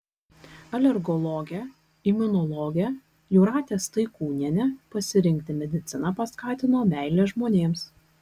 alergologę imunologę jūratę staikūnienę pasirinkti mediciną paskatino meilė žmonėms